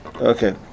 Okay